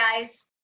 guys